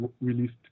released